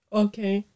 okay